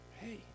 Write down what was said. hey